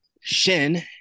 Shin